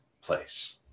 place